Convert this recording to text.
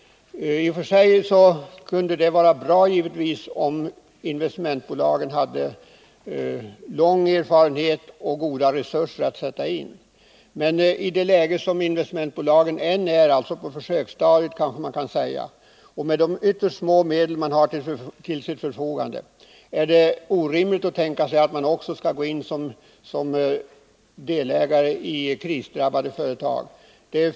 Det kunde i och för sig vara bra, om investmentbolagen hade lång erfarenhet och mycket goda resurser att sätta in. Men i det läge som investmentbolagen nu befinner sig i, dvs. på försöksstadiet, och med de ytterst små medel de har till förfogande är det orimligt att tänka sig att de skall gå in som delägare i krisdrabbade företag.